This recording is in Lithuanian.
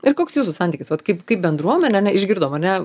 ir koks jūsų santykis vat kaip kaip bendruomenė ane išgirdom ane